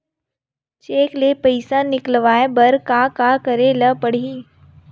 Cheque ले पईसा निकलवाय बर का का करे ल पड़हि?